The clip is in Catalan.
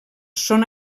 són